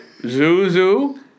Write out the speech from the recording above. Zuzu